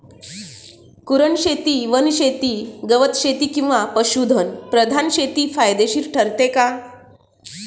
कुरणशेती, वनशेती, गवतशेती किंवा पशुधन प्रधान शेती फायदेशीर ठरते का?